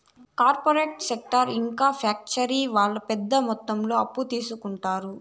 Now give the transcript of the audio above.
corporate sector ఇంకా factory వాళ్ళు పెద్ద మొత్తంలో అప్పు తీసుకుంటారు